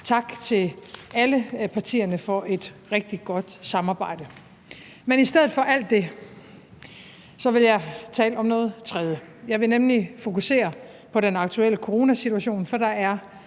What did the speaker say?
Tak til alle partierne for et rigtig godt samarbejde. Man i stedet for alt det vil jeg tale om noget tredje. Jeg vil nemlig fokusere på den aktuelle coronasituation, for der er